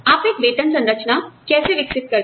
आप एक वेतन संरचना कैसे विकसित करते हैं